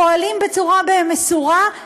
פועלים בצורה מסורה.